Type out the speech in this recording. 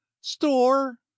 store